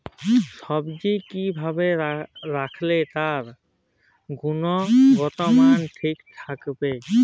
সবজি কি ভাবে রাখলে তার গুনগতমান ঠিক থাকবে?